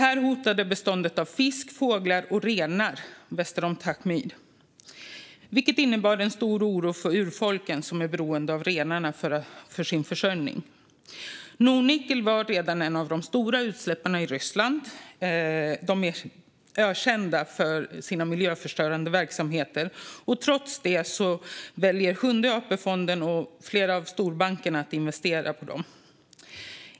Detta hotade bestånden av fisk, fåglar och renar väster om Tajmyr, vilket innebar en stor oro för urfolken, som är beroende av renarna för sin försörjning. Nornickel var redan en av de stora utsläpparna i Ryssland. De är ökända för sina miljöförstörande verksamheter. Trots detta väljer sjunde AP-fonden och flera av storbankerna att investera i företaget.